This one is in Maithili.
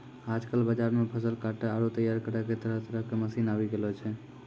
आजकल बाजार मॅ फसल काटै आरो तैयार करै के तरह तरह के मशीन आबी गेलो छै